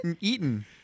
Eaten